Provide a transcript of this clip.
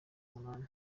munani